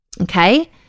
Okay